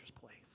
place